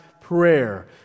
prayer